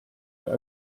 der